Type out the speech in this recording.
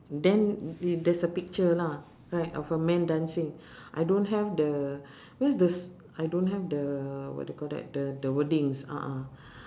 then there's a picture lah right of a man dancing I don't have the where's the s~ I don't have the what do you call that the the wordings a'ah